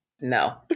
No